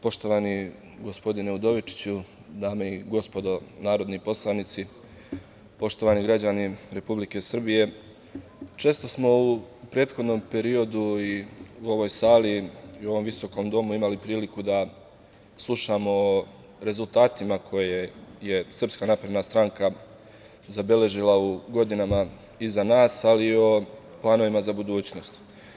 Poštovani gospodine Udovičiću, dame i gospodo narodni poslanici, poštovani građani Republike Srbije, često smo u prethodnom periodu i u ovoj sali i u ovom visokom domu imali priliku da slušamo o rezultatima koje je SNS zabeležila u godinama iza nas, ali i o planovima za budućnost.